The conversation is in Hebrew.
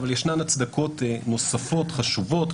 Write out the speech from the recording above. אך יש הצדקות נוספות, חשובות.